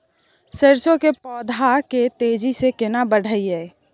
सरसो के पौधा के तेजी से केना बढईये?